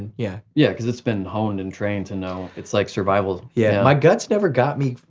yeah yeah, cause it's been honed and trained to know. it's like survival. yeah my gut's never got me,